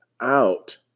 out